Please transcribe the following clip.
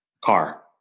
car